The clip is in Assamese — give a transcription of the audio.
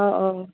অঁ অঁ